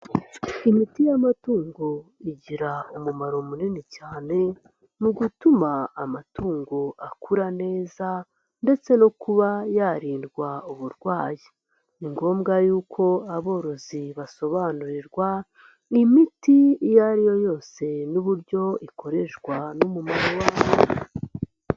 Imiti y'amatungo igira umumaro munini cyane mu gutuma amatungo akura neza ndetse no kuba yarindwa uburwayi, ni ngombwa y'uko aborozi basobanurirwa imiti iyo ari yo yose n'uburyo ikoreshwa n'umumaro wayo.